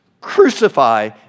crucify